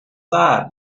that